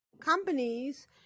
companies